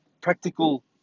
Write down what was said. practical